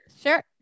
Sure